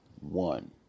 one